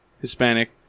Hispanic